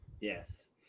Yes